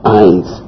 eyes